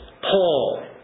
Paul